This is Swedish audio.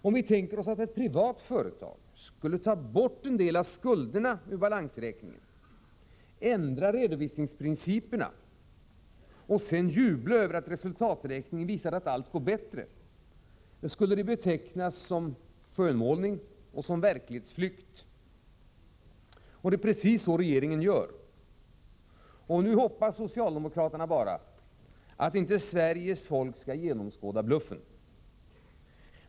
Om vi tänker oss att ett privat företag skulle ta bort en del av skulderna ur balansräkningen, ändra redovisningsprinciperna och sedan jubla över att resultaträkningen visar att allt går bättre, skulle det betecknas som skönmålning och som verklighetsflykt. Det är precis så regeringen gör. Nu hoppas socialdemokraterna bara att inte Sveriges folk skall genomskåda bluffen.